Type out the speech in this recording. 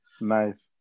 Nice